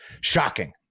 shocking